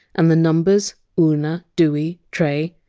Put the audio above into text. and the numbers! una, dooey, tray!